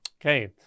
Okay